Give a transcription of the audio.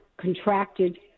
contracted